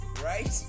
right